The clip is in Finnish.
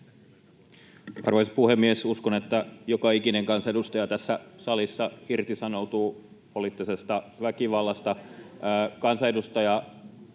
Arvoisa puhemies! Uskon, että joka ikinen kansanedustaja tässä salissa irtisanoutuu poliittisesta väkivallasta. Kansanedustaja